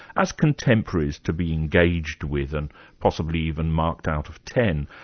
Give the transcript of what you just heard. as contemporaries to be engaged with, and possibly even marked out of ten.